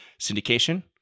Syndication